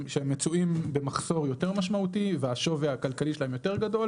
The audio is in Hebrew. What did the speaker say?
מצויים במחסור יותר משמעותי והשווי הכלכלי שלהם יותר גדול